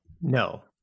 No